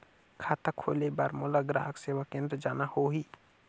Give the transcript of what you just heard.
खाता खोले बार मोला ग्राहक सेवा केंद्र जाना होही?